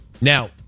now